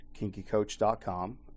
kinkycoach.com